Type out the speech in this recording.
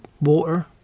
water